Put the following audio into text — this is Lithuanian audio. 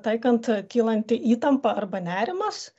taikant kylanti įtampa arba nerimas